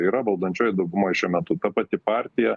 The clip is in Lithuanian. yra valdančiojoj daugumoj šiuo metu ta pati partija